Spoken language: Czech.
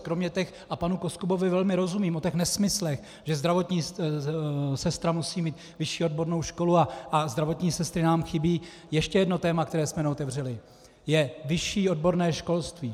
Kromě těch, a panu Koskubovi velmi rozumím, o těch nesmyslech, že zdravotní sestra musí mít vyšší odbornou školu, a zdravotní sestry nám chybí, ještě jedno téma, které jsme neotevřeli, je vyšší odborné školství.